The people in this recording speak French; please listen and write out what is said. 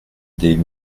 des